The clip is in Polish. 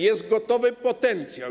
Jest gotowy potencjał.